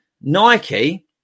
Nike